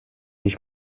ich